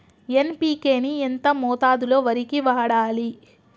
NPK ని ఎంత మోతాదులో వరికి వాడాలి?